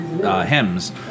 Hymns